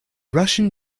russian